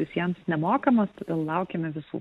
visiems nemokamas laukiame visų